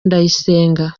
ndayisenga